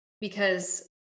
because-